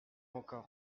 encore